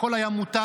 הכול היה מותר,